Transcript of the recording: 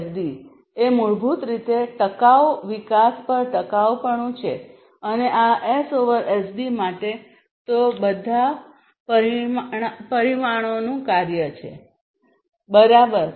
S S D એ મૂળભૂત રીતે ટકાઉ વિકાસ પર ટકાઉપણું છે અને આ એસ એસડી માટે તે બધા આ બધા પરિમાણોનું કાર્ય છે બરાબર